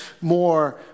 more